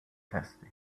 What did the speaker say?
thirsty